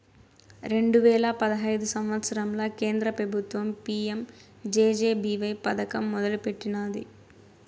రెండు వేల పదహైదు సంవత్సరంల కేంద్ర పెబుత్వం పీ.యం జె.జె.బీ.వై పదకం మొదలెట్టినాది